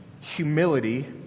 humility